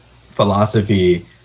philosophy